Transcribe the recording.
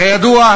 כידוע,